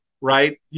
Right